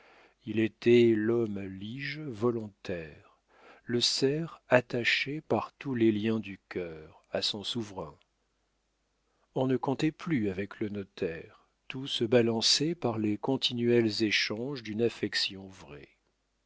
il était l'homme-lige volontaire le serf attaché par tous les liens du cœur à son suzerain on ne comptait plus avec le notaire tout se balançait par les continuels échanges d'une affection vraie